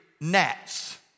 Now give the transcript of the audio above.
gnats